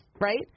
right